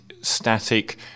static